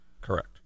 Correct